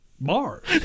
Mars